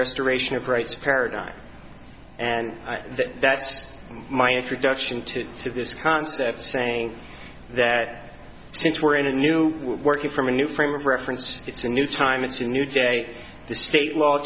restoration of rights paradigm and that that's my introduction to to this concept saying that since we're in a new working from a new frame of reference it's a new time it's a new day the state law